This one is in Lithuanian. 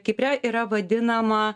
kipre yra vadinama